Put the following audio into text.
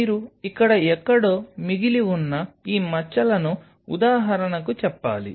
మీరు ఇక్కడ ఎక్కడో మిగిలి ఉన్న ఈ మచ్చలను ఉదాహరణకు చెప్పాలి